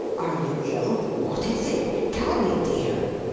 are you ill! what is it? tell me dear!